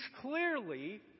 clearly